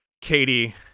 Katie